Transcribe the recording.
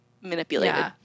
manipulated